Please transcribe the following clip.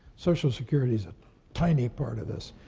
social security's a tiny part of this.